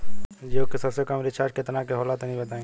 जीओ के सबसे कम रिचार्ज केतना के होला तनि बताई?